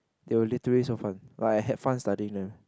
it were literally so fun but I had fun studying them